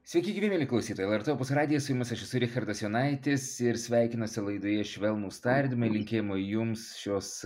sveiki gyvi mieli klausytojai lrt opus radijas su jumis aš esu richardas jonaitis ir sveikinuosi laidoje švelnūs tardymai linkėjimai jums šios